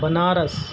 Banaras